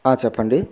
చెప్పండి